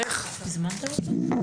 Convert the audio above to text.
הזמנת אותו?